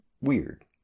weird